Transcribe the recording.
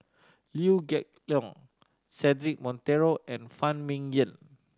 Liew Geok Leong Cedric Monteiro and Phan Ming Yen